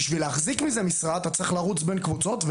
בשביל להחזיק מזה משרה אתה צריך לרוץ בין קבוצות,